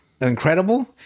incredible